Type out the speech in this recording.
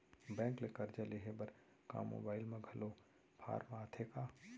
Bank ले करजा लेहे बर का मोबाइल म घलो फार्म आथे का?